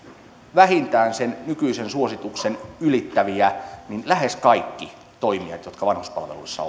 vähintään sen nykyisen suosituksen ylittäviä lähes kaikki toimijat jotka vanhuspalveluissa